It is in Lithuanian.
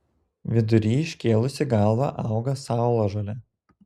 vidury iškėlusi galvą auga saulažolė